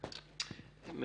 שואל.